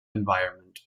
environment